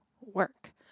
work